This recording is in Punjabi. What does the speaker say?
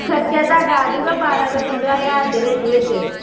ਖਰਚਾ ਤੁਹਾਡਾ ਆ ਜੂਗਾ ਬਾਰ੍ਹਾਂ ਤੋਂ ਪੰਦਰ੍ਹਾਂ ਹਜ਼ਾਰ ਦੇ ਵਿੱਚ ਵਿੱਚ